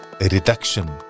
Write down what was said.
reduction